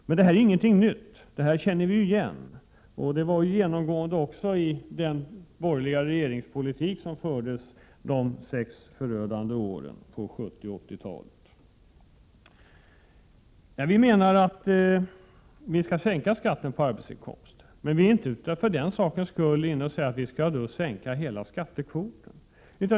Men det här är ingenting nytt; det känner vi igen. Det var genomgående också i den borgerliga regeringspolitik som fördes de sex förödande åren på 1970 och 1980-talen. Vi menar att vi skall sänka skatten på arbetsinkomster, men vi menar inte att vi för den sakens skull skall sänka hela skattekvoten.